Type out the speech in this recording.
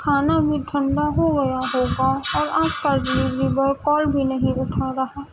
کھانا بھی ٹھنڈا ہو گیا ہوگا اور آپ کا ڈیلیوری بوائے کال بھی نہیں اٹھا رہا